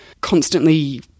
constantly